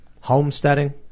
Homesteading